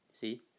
See